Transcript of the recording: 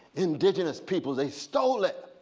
indigenous people, they stole it.